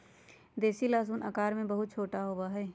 देसी लहसुन आकार में बहुत छोटा होबा हई